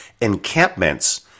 encampments